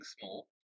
small